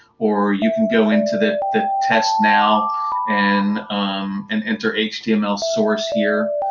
or you can go into the the test now and um and enter html source here.